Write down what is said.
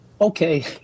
Okay